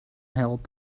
help